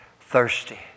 thirsty